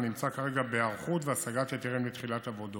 והוא נמצא כרגע בהיערכות והשגת היתרים לתחילת עבודות,